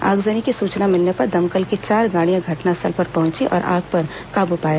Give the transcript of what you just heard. आगजनी की सूचना मिलने पर दमकल की चार गाड़ियां घटनास्थल पर पहुंची और आग पर काबू पाया